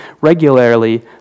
regularly